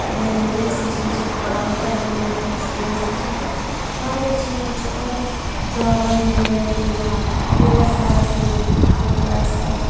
یا ییٚمہِ گٔڑۍ أسۍ وٕچھان چھِ پنٛنٮ۪ن پرٛانٮ۪ن وانٮ۪ن نِش بوزان چھِ تہٕ واریاہ چینٛج چھِ ٲمٕژ جابَن ریٚلِوٮ۪نٛٹ یا روزگارَس ریٚلِوٮ۪نٛٹ کِتھ پٲٹھۍ کیٛاہ ٲس کَران